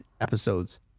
episodes